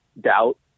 doubt